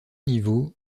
niveau